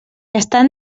estan